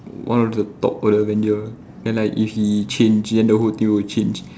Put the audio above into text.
one of the top of the avenger then like if he change then the whole thing will change